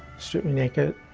stripped me naked,